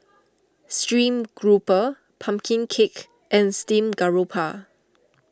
Stream Grouper Pumpkin Cake and Steamed Garoupa